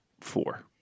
four